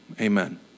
Amen